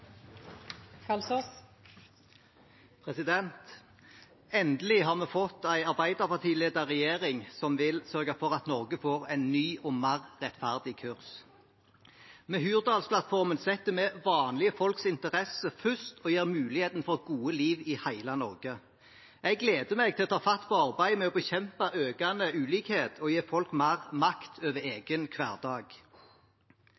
Endelig har vi fått en Arbeiderparti-ledet regjering som vil sørge for at Norge får en ny og mer rettferdig kurs. Med Hurdalsplattformen setter vi vanlige folks interesser først og gjør det mulig å leve et godt liv i hele Norge. Jeg gleder meg til å ta fatt på arbeidet med å bekjempe økende ulikhet og gi folk mer makt over